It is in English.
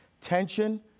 Tension